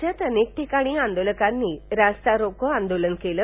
राज्यात अनेक ठिकाणी आंदोलकांनी रास्ता रोको केलं